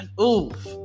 oof